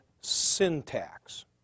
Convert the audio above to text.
syntax